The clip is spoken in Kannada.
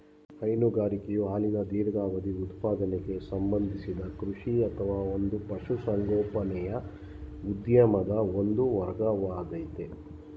ಹೈನುಗಾರಿಕೆಯು ಹಾಲಿನ ದೀರ್ಘಾವಧಿ ಉತ್ಪಾದನೆಗೆ ಸಂಬಂಧಿಸಿದ ಕೃಷಿ ಅಥವಾ ಒಂದು ಪಶುಸಂಗೋಪನೆಯ ಉದ್ಯಮದ ಒಂದು ವರ್ಗವಾಗಯ್ತೆ